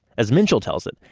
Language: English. as minshall tells it,